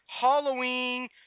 Halloween